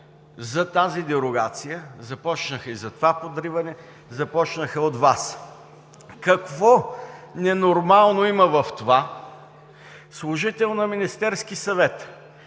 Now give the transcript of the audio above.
за тази дерогация и подриване започнаха от Вас. Какво ненормално има в това служител на Министерския съвет